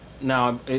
now